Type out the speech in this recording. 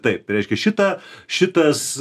taip tai reiškia šitą šitas